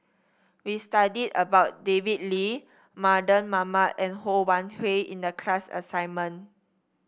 we studied about David Lee Mardan Mamat and Ho Wan Hui in the class assignment